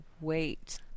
wait